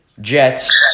Jets